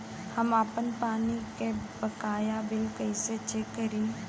हम आपन पानी के बकाया बिल कईसे चेक करी?